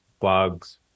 blogs